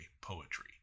poetry